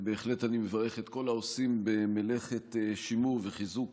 אני מברך בהחלט את כל העושים במלאכת שימור וחיזוק